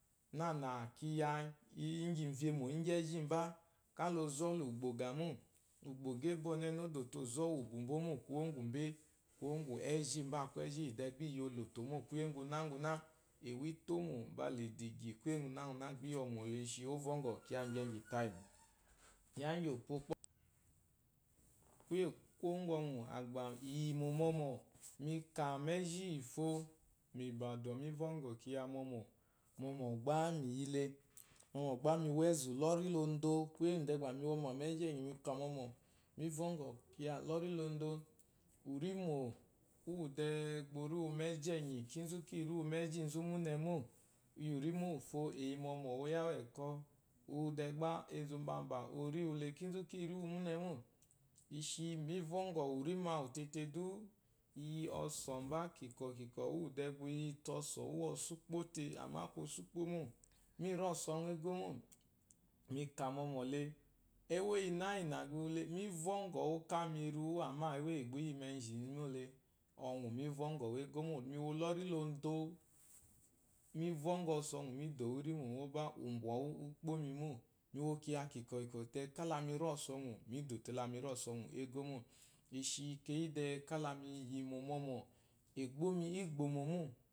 Nana kiya kiyi igi ivemo mejimba kala lonzo ugbogamo ugboga ebo onene odofe ɔnzu umbumba mole kuwo ejimba aku eji de iyi bi yi olotomo kuye ngunanguna ewa ifomo bula igidigidi kuye ngunanguna gba iyo mole enyi ishi ɔvɔngo kiya gyegi tayi igyi opo kpooki kuye kumbo muyi mo mɔmɔ mi ka eji liyifo mi gba mighi vɔngɔ kiya mɔmɔ. momo gba miyile momop gba mi wa enzu lori lodo kuye demba me woma eji mi ka momo mi vongo kiya lori ludo urimo te uwui eji enyi kinzu kiri uwu mejinzu mune mo urimo uwufo eyi momo oyawute ekwo uwu de gba enzu mbamba oriwule kunzu kiri munemo ishimi vongo urimo awu tete du iyi ɔsɔmba ikinwɔ uyite ɔsɔ uwu osukpa amma aku asukpomo miri ɔsɔ egomo mi ka mɔmɔle ewa iyi nayi-nayi le mi. vɔngo kala miriwu mo, mo uyi menji me mole, mi vɔngɔ ɔsɔ mi dowu irimo momba umbwɔwu ukpomimo miwo kiye konkwɔ de kala miri ɔsɔ ɔwu kegomo shi keyi de kala miyi mo momo egbomi igbomo mo.